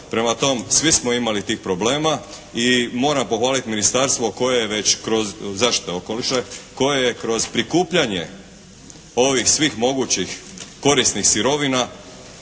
Prema tom, svi smo imali tih problema i moram pohvaliti ministarstvo koje je već kroz, zaštite okoliša, koje je kroz prikupljanje ovih svih mogućih korisnih sirovina